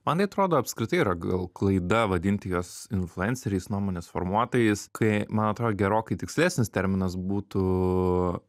man tai atrodo apskritai yra gal klaida vadinti juos influenceriais nuomonės formuotojais kai man atrodo gerokai tikslesnis terminas būtų